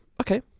okay